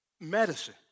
medicine